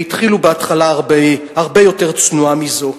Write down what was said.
שהתחילו התחלה הרבה יותר צנועה מזאת.